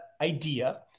idea